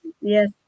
Yes